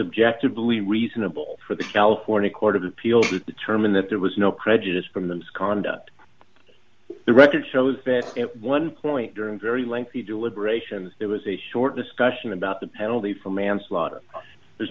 objected believed reasonable for the california court of appeals term in that there was no prejudice from them's conduct the record shows that one point during very lengthy deliberations there was a short discussion about the penalty for manslaughter there's